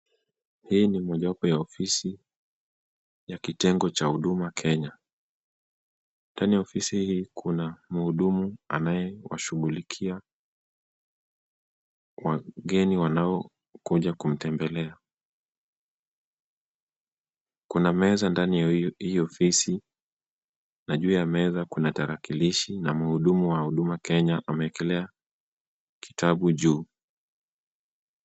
Hii ni mojawapo ya ofisi ya kitengo cha huduma Kenya. Ndani ya ofisi hii kuna mhudumu anayewashughulikia wageni wanaokuja kumtembelea. Kuna meza ndani ya hii ofisi na juu ya meza kuna tarakilishi na mhudumu wa Huduma Kenya ameekelea kitabu juu.